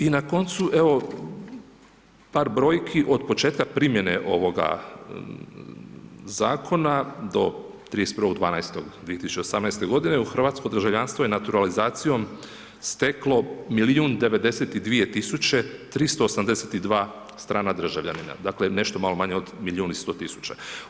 I na koncu evo par brojki od početka primjene ovoga zakona do 31.12.2018. godine u hrvatsko državljanstvo je naturalizacijom steklo milijun 92 tisuće 382 strana državljanina, dakle nešto malo manje od milijun i 100 tisuća.